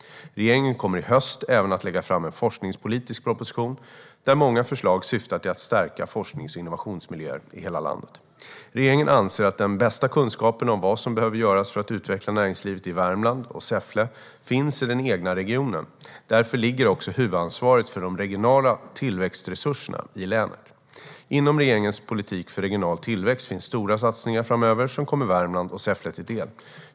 Regeringen kommer i höst även att lägga fram en forskningspolitisk proposition där många förslag syftar till att stärka forsknings och innovationsmiljöer i hela landet. Regeringen anser att den bästa kunskapen om vad som behöver göras för att utveckla näringslivet i Värmland och Säffle finns i den egna regionen. Därför ligger också huvudansvaret för de regionala tillväxtresurserna i länet. Inom regeringens politik för regional tillväxt finns stora satsningar framöver som kommer Värmland och Säffle till del.